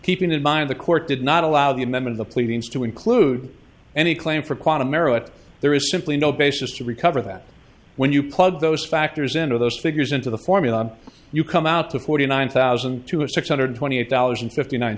keeping in mind the court did not allow the amendment the pleadings to include any claim for quantum merit there is simply no basis to recover that when you plug those factors into those figures into the formula you come out to forty nine thousand to a six hundred twenty eight dollars and fifty nine